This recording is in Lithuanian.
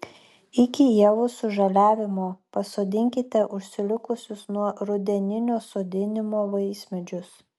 iki ievų sužaliavimo pasodinkite užsilikusius nuo rudeninio sodinimo vaismedžius